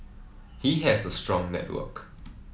he has a strong network